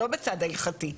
לא בצד ההלכתי,